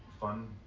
fun